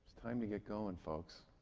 time to get going, folks.